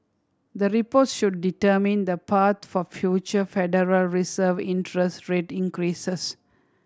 the reports should determine the path for future Federal Reserve interest rate increases